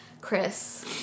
Chris